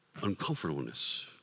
uncomfortableness